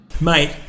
Mate